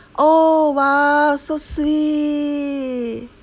oh !wah! so sweet